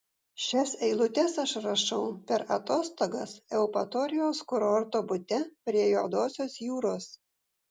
šias eilutes aš rašau per atostogas eupatorijos kurorto bute prie juodosios jūros